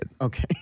Okay